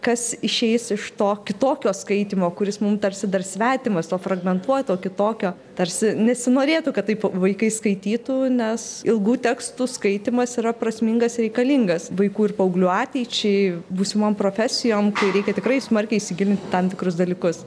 kas išeis iš to kitokio skaitymo kuris mum tarsi dar svetimas to fragmentuoto kitokio tarsi nesinorėtų kad taip vaikai skaitytų nes ilgų tekstų skaitymas yra prasmingas reikalingas vaikų ir paauglių ateičiai būsimom profesijom kai reikia tikrai smarkiai įsigilint į tam tikrus dalykus